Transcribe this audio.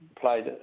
played